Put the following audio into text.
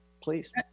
please